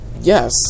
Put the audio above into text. yes